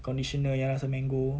conditioner yang rasa mango